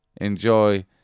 enjoy